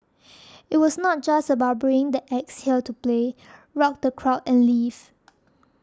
it was not just about bringing the acts here to play rock the crowd and leave